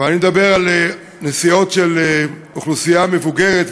אבל אני מדבר על נסיעות של אוכלוסייה מבוגרת,